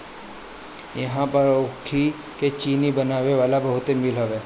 इहां पर ऊखी के चीनी बनावे वाला बहुते मील हवे